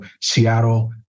Seattle